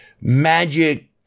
magic